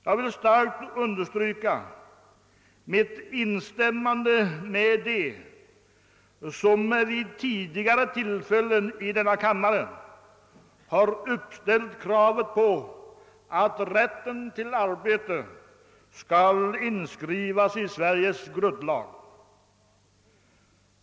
Jag vill starkt understryka mitt instämmande med de ledamöter som vid tidigare tillfällen i denna kammare har uppställt krav på att rätten till arbete skall inskrivas i Sveriges grundlag.